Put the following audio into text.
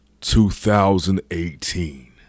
2018